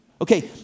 Okay